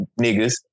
niggas